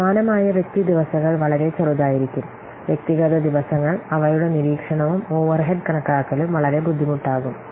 സമാനമായ വ്യക്തി ദിവസങ്ങൾ വളരെ ചെറുതായിരിക്കും വ്യക്തിഗത ദിവസങ്ങൾ അവയുടെ നിരീക്ഷണവും ഓവർഹെഡ് കണക്കാക്കലും വളരെ ബുദ്ധിമുട്ടാകും